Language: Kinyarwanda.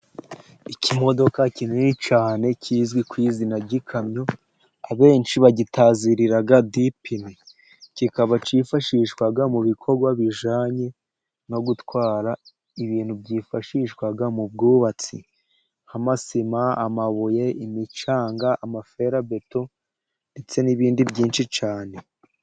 ikimodoka kinini cyane kizwi ku izina ry'ikamyo abenshi bagitazirira dipine . Kikaba cyifashishwa mu bikorwa bijanye no gutwara ibintu byifashishwa mu bwubatsi, nka masima amabuye , imicanga ,amaferabeto ndetse n'ibindi byinshi cyane.